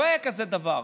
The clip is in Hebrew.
לא היה כזה דבר.